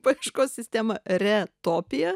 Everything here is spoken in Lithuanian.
paieškos sistemą retopija